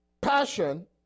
Passion